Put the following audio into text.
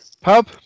pub